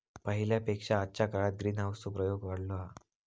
पहिल्या पेक्षा आजच्या काळात ग्रीनहाऊस चो प्रयोग वाढलो हा